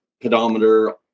pedometer